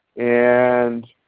and